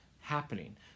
happening